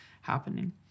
happening